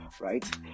right